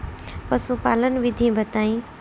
पशुपालन विधि बताई?